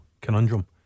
conundrum